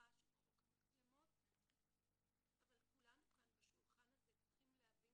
מהסכמה של חוק המצלמות אבל כולנו צריכים להבין